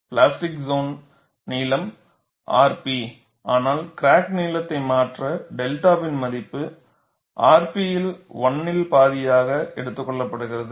plastic zone நீளம் rp ஆனால் crack நீளத்தை மாற்ற 𝛅 வின் மதிப்பு rp இன் 1 ல் பாதியாக எடுத்துக் கொள்ளப்படுகிறது